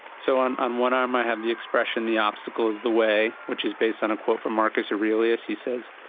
so on on one arm i have the expression the obstacle is the way, which is based on a quote from marcus aurelius, he says,